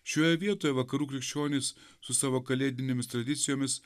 šioje vietoje vakarų krikščionys su savo kalėdinėmis tradicijomis